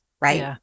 Right